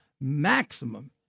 maximum